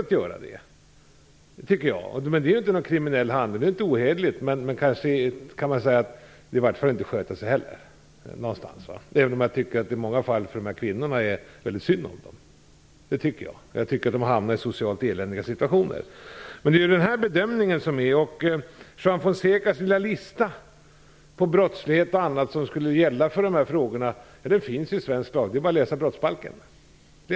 Det är ju inte fråga om någon kriminell handling eller något ohederligt, men kanske kan man ändå säga att det inte är att sköta sig heller. Trots det tycker jag i många fall väldigt synd om de här kvinnorna. Jag tycker att de har hamnat i socialt eländiga situationer. Men det är den här bedömningen det handlar om. Juan Fonsecas lilla lista på brottslighet och annat som skulle gälla för dessa frågor finns redan i svensk lag. Det är bara att läsa brottsbalken. Läs där!